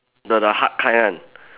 the the hard kind one